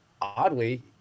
oddly